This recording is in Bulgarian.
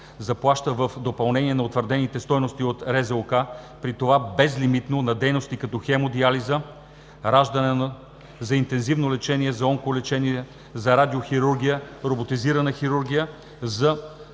заплаща в допълнение на утвърдените стойности от РЗОК, при това безлимитно, на дейности като хемодиализа, раждане, за интензивно лечение, за онколечение, за радиохирургия, роботизирана хирургия, за